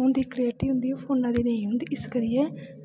होंदे क्लेयर्टीं होंदी ओह् फोना दी स्हेई होंदी इस करियै